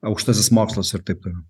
aukštasis mokslas ir taip toliau